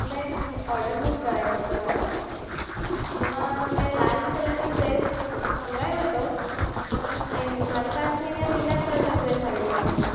મેં એક મ ઓર્ડર બુક કરાવ્યો હતો મારો જેમાં મે લાલ કલરનો ડ્રેસ મંગાયવો હતો પણ અહીં મારી પાસે અહીંયાં લીલા કલરનો ડ્રેસ આવી ગયો છે